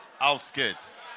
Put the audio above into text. Outskirts